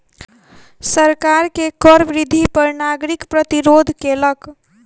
सरकार के कर वृद्धि पर नागरिक प्रतिरोध केलक